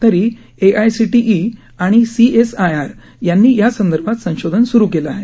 तरी A I C T E आणि C S I R यांनी यासंदर्भात संशोधन सुरू केले आहे